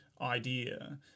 idea